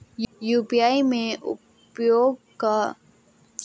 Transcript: UPI का उपयोग करके विदेशों में फंड ट्रांसफर किया जा सकता है?